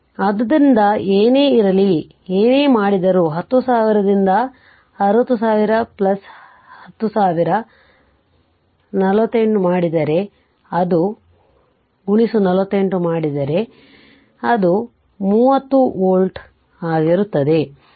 ಆದ್ದರಿಂದ ಏನೇ ಇರಲಿ ಏನೇ ಮಾಡಿದರೂ 10000 ರಿಂದ 6000 10000 48 ಮಾಡಿದರೆ ಅದು 30 ವೋಲ್ಟ್ ಆಗಿರುತ್ತದೆ